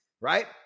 right